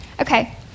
Okay